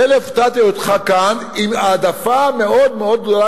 הפתעתי אותך כאן עם העדפה מאוד מאוד גדולה,